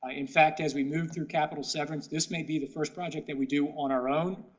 ah in fact as we move through capitol severance, this may be the first project that we do on our own,